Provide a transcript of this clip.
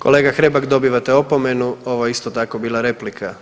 Kolega Hrebak dobivate opomenu, ovo je isto tako bila replika.